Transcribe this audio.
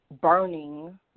burning